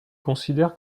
considère